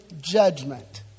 judgment